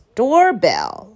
doorbell